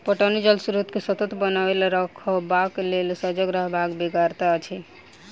पटौनी जल स्रोत के सतत बनओने रखबाक लेल सजग रहबाक बेगरता अछि